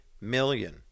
million